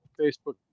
Facebook